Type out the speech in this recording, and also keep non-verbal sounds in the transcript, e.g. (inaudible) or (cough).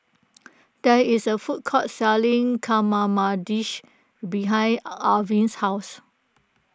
(noise) there is a food court selling (unintelligible) behind Arvin's house